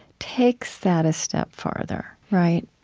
takes that a step farther, right?